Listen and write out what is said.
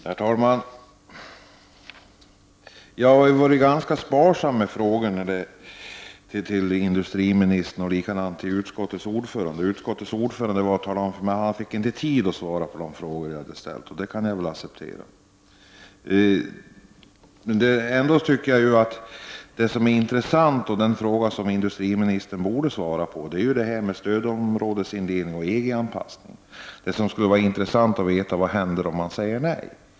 Herr talman! Jag har varit ganska sparsam med frågor till industriministern och till utskottets ordförande. Utskottets ordförande talade om för mig att han inte fick tid att svara på de frågor jag hade ställt, och det kan jag väl acceptera. Jag tycker ändock att det som är intressant, och den fråga som industriministern borde svara på, gäller stödområdesindelningen och EG-anpassningen. Det skulle vara intressant att få veta vad som händer om man säger nej.